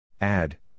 Add